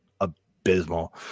abysmal